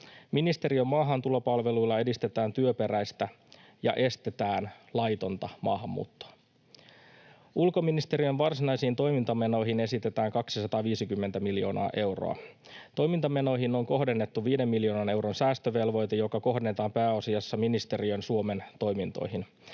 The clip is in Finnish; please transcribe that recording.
Ministeriön maahantulopalveluilla edistetään työperäistä ja estetään laitonta maahanmuuttoa. Ulkoministeriön varsinaisiin toimintamenoihin esitetään 250 miljoonaa euroa. Toimintamenoihin on kohdennettu viiden miljoonan euron säästövelvoite, joka kohdennetaan pääasiassa ministeriön Suomen-toimintoihin.